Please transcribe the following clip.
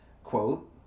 quote